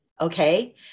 Okay